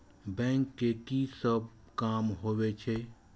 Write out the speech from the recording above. Bank के की सब काम होवे छे?